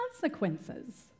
consequences